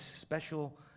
special